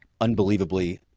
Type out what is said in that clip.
unbelievably